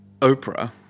Oprah